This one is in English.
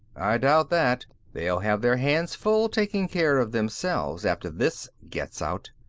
i doubt that. they'll have their hands full taking care of themselves, after this gets out.